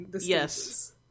yes